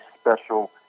special